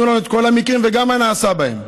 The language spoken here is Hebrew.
לנו את כל המקרים וגם מה נעשה בהם.